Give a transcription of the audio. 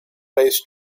based